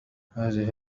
هذه